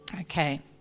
Okay